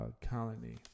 colony